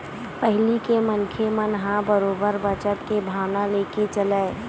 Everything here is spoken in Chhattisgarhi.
पहिली के मनखे मन ह बरोबर बचत के भावना लेके चलय